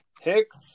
Hicks